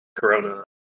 corona